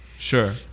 Sure